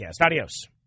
Adios